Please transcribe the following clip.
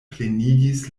plenigis